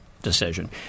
decision